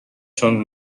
چون